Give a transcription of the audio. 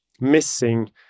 missing